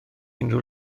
unrhyw